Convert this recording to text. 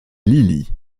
lily